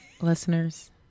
Listeners